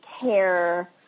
care